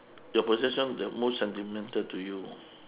your possession that most sentimental to you